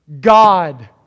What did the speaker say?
God